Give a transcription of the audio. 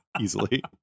easily